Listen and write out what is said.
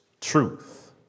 truth